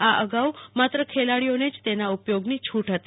આ અગાઉ માત્ર ખેલાડીઓને જે તેના ઉપયોગની છુટ હતી